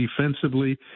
defensively